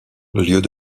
lieux